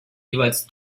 jeweils